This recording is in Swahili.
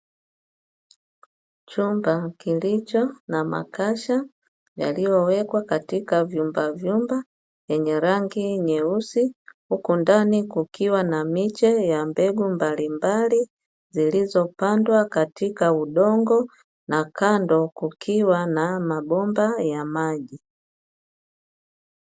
Chumba kilicho na makasha yaliyoweka katika vyumba vyumba yenye rangi nyeusi. Huku ndani kukiwa na miche ya mbegu mbalimbali, zilizopandwa katika udongo na kando kukiwa na mabomba ya maji.